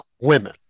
women